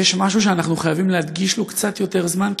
ויש משהו שאנחנו חייבים להקדיש לו קצת יותר זמן,